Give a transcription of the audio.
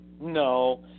No